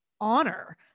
honor